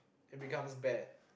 it becomes bad